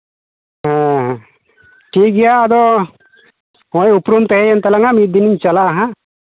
ᱦᱮᱸ ᱴᱷᱤᱠ ᱜᱮᱭᱟ ᱟᱫᱚ ᱦᱚᱸᱜᱼᱚᱭ ᱩᱯᱨᱩᱢ ᱛᱟᱦᱮᱸᱭᱮᱱ ᱛᱟᱞᱟᱝᱼᱟ ᱢᱤᱫ ᱫᱤᱱᱤᱧ ᱪᱟᱞᱟᱜᱼᱟ ᱦᱟᱸᱜ